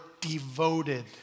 devoted